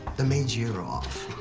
the maid's year off.